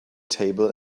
table